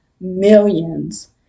millions